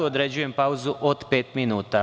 Određujem pauzu od pet minuta.